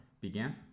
began